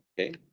okay